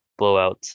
blowouts